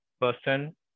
person